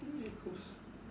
eh close